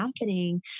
happening